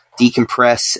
decompress